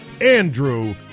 Andrew